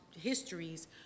histories